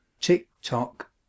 tick-tock